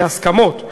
בהסכמות.